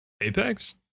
Apex